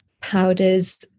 powders